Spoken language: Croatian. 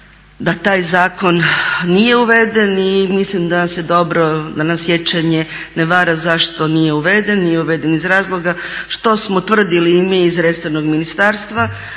da taj zakon nije uveden i mislim da se dobro, da nas sjećanje ne vara zašto nije uveden. Nije uveden iz razloga što smo utvrdili i mi iz resornog ministarstva